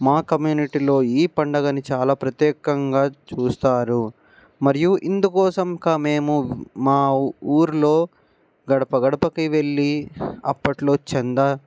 మా కమ్యూనిటీలో ఈ పండుగని చాలా ప్రత్యేకంగా చూస్తారు మరియు ఇందుకోసం కా మేము మా ఊరిలో గడప గడపకి వెళ్లి అప్పట్లో చందా